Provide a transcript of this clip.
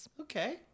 Okay